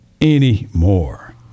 anymore